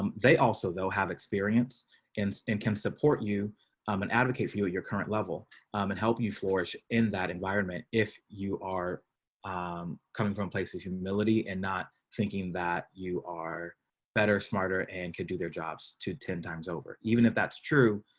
um they also they'll have experience and it can support you um an advocate for you at your current level and help you flourish in that environment. if you are coming from places humility and not thinking that you are better, smarter and could do their jobs to ten times over, even if that's true.